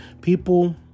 people